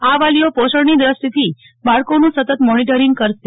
આ વાલીઓ પોષણની દષ્ટથી બાળકોનુ સતત મોનીટરીંગ કરશે